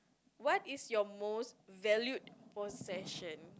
what is your most valued possession